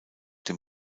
dem